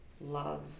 love